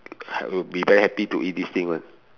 I will be very happy to eat this thing [one]